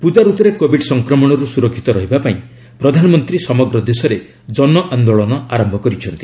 ପୂଜା ଋତୁରେ କୋବିଡ୍ ସଂକ୍ରମଣରୁ ସୁରକ୍ଷିତ ରହିବା ପାଇଁ ପ୍ରଧାନମନ୍ତ୍ରୀ ସମଗ୍ର ଦେଶରେ ଜନ ଆନ୍ଦୋଳନ ଆରମ୍ଭ କରିଛନ୍ତି